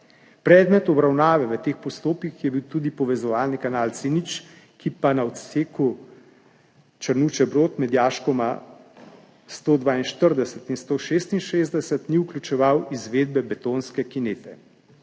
Predmet obravnave v teh postopkih je bil tudi povezovalni kanal C0, ki pa na odseku Črnuče–Brod med jaškoma 142 in 166 ni vključeval izvedbe betonske kinete.